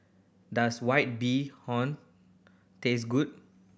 does White Bee Hoon taste good